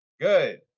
Good